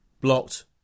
blocked